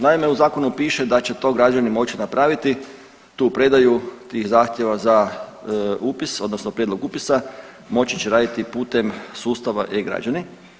Naime, u zakonu piše da će to građani moći napraviti tu predaju tih zahtjeva za upis, odnosno prijedlog upisa moći će raditi putem sustava e-građani.